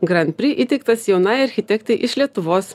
gran pri įteiktas jaunai architektai iš lietuvos